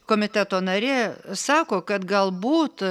komiteto narė sako kad galbūt